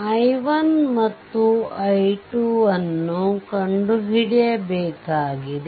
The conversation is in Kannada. i1 ಮತ್ತು i2 ಅನ್ನು ಕಂಡುಹಿಡಿಯಬೇಕಾಗಿದೆ